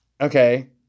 Okay